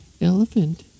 Elephant